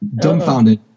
dumbfounded